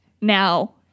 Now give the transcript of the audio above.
now